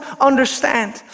understand